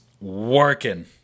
working